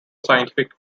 scientific